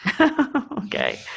Okay